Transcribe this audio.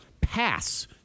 Pass